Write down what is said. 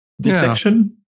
detection